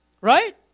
Right